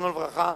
זיכרונו לברכה,